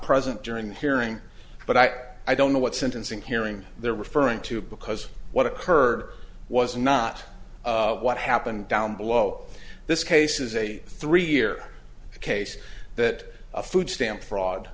present during the hearing but i i don't know what sentencing hearing they're referring to because what occurred was not what happened down below this case is a three year case that food stamp fraud